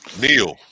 Neil